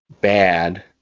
bad